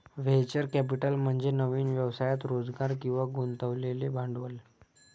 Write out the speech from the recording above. venture capital म्हणजे नवीन व्यवसायात रोजगार किंवा गुंतवलेले भांडवल